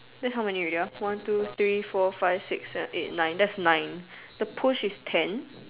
that's how many already ah one two three four five six seven eight nine that's nine the push is ten